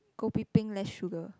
kopi peng less sugar